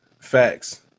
Facts